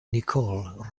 nicole